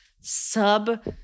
sub-